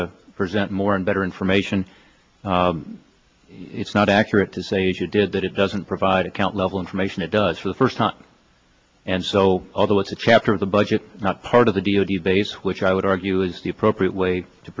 to present more and better from ation it's not accurate to say who did that it doesn't provide account level information it does for the first time and so although it's a chapter of the budget not part of the deal do you base which i would argue is the appropriate way to